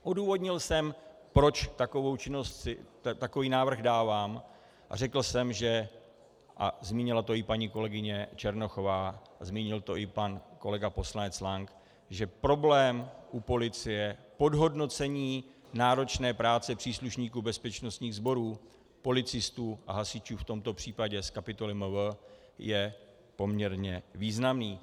Odůvodnil jsem, proč takový návrh dávám, a řekl jsem, a zmínila to i paní kolegyně Černochová a zmínil to i pan kolega poslanec Lank, že problém u policie, podhodnocení náročné práce příslušníků bezpečnostních sborů, policistů a hasičů v tomto případě z kapitoly MV, je poměrně významný.